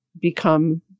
become